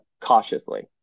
cautiously